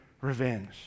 revenge